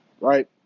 right